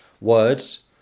words